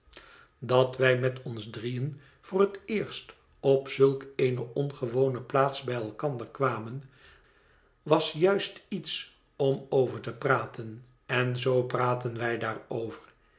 dat wij met ons drieën voor het eerst op zulk eene ongewone plaats bij elkander kwamen was juist iets om over te praten en zoo praatten wij daarover